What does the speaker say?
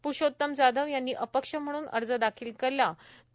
प्रूषोतम जाधव यांनी अपक्ष म्हणून अर्ज दाखील केला आहे